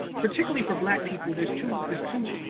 particularly for black people, there's two there's two